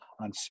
on